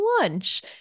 lunch